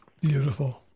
Beautiful